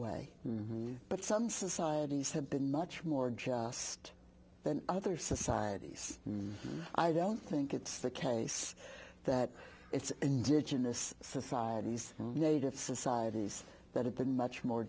way but some societies have been much more just than other societies and i don't think it's the case that it's indigenous societies native societies that have been much more